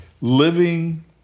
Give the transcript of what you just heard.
living